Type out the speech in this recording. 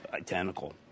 identical